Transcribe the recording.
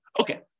Okay